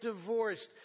divorced